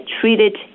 treated